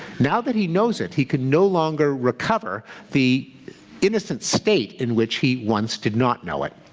now that he knows it, he can no longer recover the innocent state in which he once did not know it.